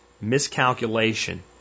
miscalculation